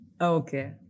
Okay